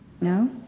no